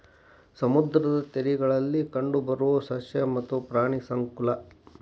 ಸಮುದ್ರದ ತೇರಗಳಲ್ಲಿ ಕಂಡಬರು ಸಸ್ಯ ಮತ್ತ ಪ್ರಾಣಿ ಸಂಕುಲಾ